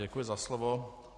Děkuji za slovo.